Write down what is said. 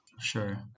Sure